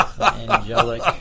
Angelic